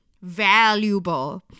valuable